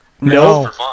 no